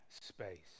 space